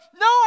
No